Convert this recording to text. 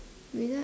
without